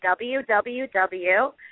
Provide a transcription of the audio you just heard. www